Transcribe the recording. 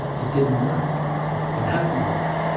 it didn't work and hasn't worked.